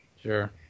Sure